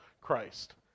Christ